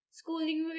schooling